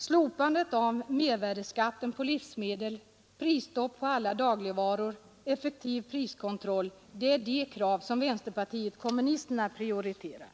Slopande av mervärdeskatten på livsmedel, pris stopp på alla dagligvaror, effektiv priskontroll — det är de krav som vänsterpartiet kommunisterna prioriterar.